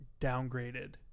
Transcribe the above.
downgraded